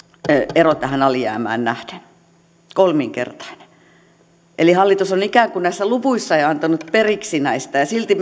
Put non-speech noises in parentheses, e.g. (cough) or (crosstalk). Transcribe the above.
ero alijäämään nähden kolminkertainen eli hallitus on ikään kuin näissä luvuissa jo antanut periksi näistä ja silti (unintelligible)